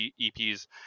EPs